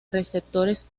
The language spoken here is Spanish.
receptores